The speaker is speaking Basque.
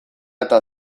eta